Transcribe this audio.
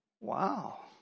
Wow